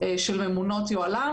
של ממונות יוהל"מ,